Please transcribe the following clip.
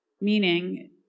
Meaning